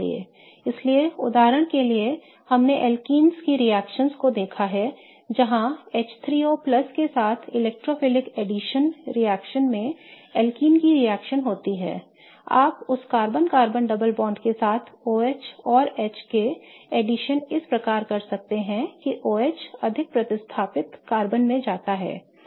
इसलिए उदाहरण के लिए हमने एल्कीन्स की रिएक्शनओं को देखा है जहां H3O के साथ इलेक्ट्रोफिलिक एडिशन रिएक्शन में एल्कीन की रिएक्शन होती है आप उस कार्बन कार्बन डबल बांड के साथ OH और H का एडिशन इस प्रकार कर सकते हैं कि OH अधिक प्रतिस्थापित कार्बन में जाता है